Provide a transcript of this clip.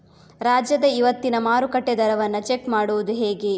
ರಾಜ್ಯದ ಇವತ್ತಿನ ಮಾರುಕಟ್ಟೆ ದರವನ್ನ ಚೆಕ್ ಮಾಡುವುದು ಹೇಗೆ?